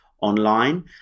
online